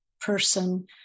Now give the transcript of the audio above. person